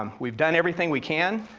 um we've done everything we can,